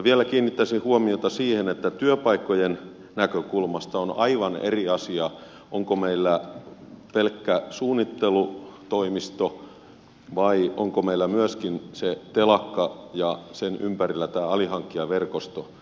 vielä kiinnittäisin huomiota siihen että työpaikkojen näkökulmasta on aivan eri asia onko meillä pelkkä suunnittelutoimisto vai onko meillä myöskin se telakka ja sen ympärillä tämä alihankkijaverkosto